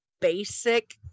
basic